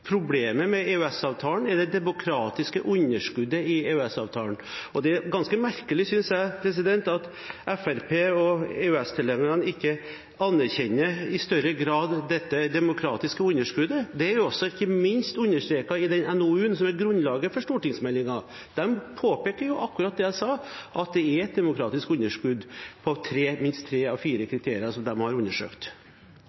ganske merkelig, synes jeg, at Fremskrittspartiet og EØS-tilhengerne ikke i større grad anerkjenner dette demokratiske underskuddet. Det er ikke minst understreket i den NOU-en som er grunnlaget for stortingsmeldingen. Der påpekes akkurat det jeg sa, at det er et demokratisk underskudd på minst tre av fire